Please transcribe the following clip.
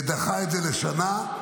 ודחה את זה לשנה,